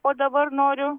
o dabar noriu